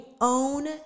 own